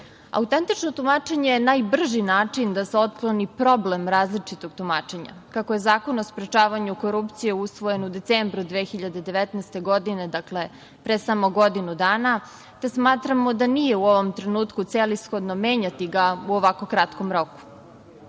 Autentično tumačenje je najbrži način da se otkloni problem različitog tumačenja. Kako je Zakon o sprečavanju korupcije usvojen u decembru 2019. godine, dakle pre samo godinu dana, te smatramo da nije u ovom trenutku celishodno menjati ga u ovako kratkom